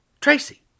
Tracy